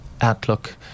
outlook